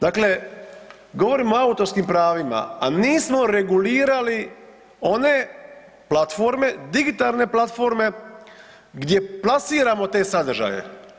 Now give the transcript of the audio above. Dakle, govorimo o autorskim pravima, a nismo regulirali one platforme, digitalne platforme gdje plasiramo te sadržaje.